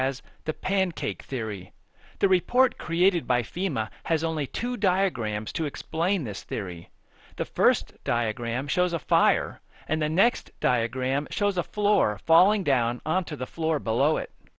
as the pancake theory the report created by fema has only two diagrams to explain this theory the first diagram shows a fire and the next diagram shows the floor falling down onto the floor below it